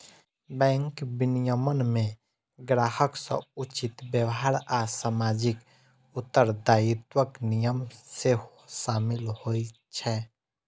bank विनियमन मे ग्राहक सं उचित व्यवहार आ सामाजिक उत्तरदायित्वक नियम सेहो शामिल होइ छै